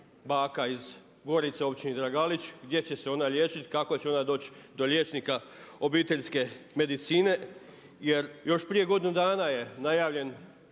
baka iz Gorice, općini Draganić, gdje će se ona liječiti, kako će ona doći do liječnika obiteljske medicine jer još prije godinu dana je najavljeno